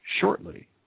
shortly